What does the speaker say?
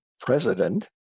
president